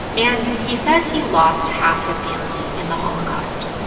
and he says he lost half his family in the holocaust.